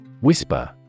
Whisper